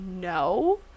no